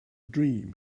dream